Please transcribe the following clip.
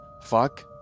Fuck